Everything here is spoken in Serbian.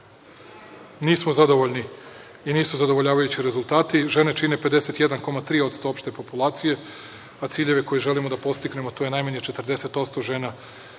nismo zadovoljni i nisu zadovoljavajući rezultati. Žene čine 51,3% opšte populacije, ciljeve koje želimo da postignemo to je najmanje 40% žena